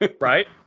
right